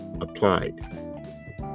applied